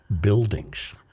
buildings